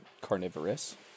carnivorous